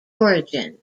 origin